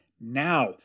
now